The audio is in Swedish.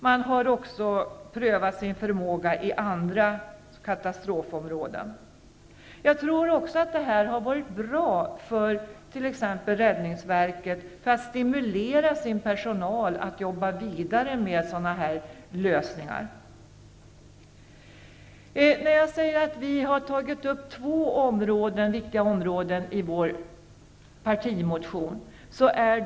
Man har gjort det även i andra katastrofområden. Jag tror att detta har varit bra för t.ex. räddningsverket för att stimulera personalen att jobba vidare med sådana lösningar. Jag sade att vi har tagit upp två viktiga områden i vår partimotion.